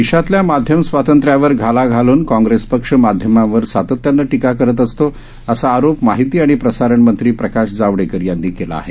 देशातल्या माध्यमस्वातंत्र्यावर घाला घालून काँग्रेस पक्ष माध्यमांवर सातत्यानं टीका करत असतो असा आरोप माहिती आणि प्रसारण मंत्री प्रकाश जावडेकर यांनी केला आहे